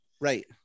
Right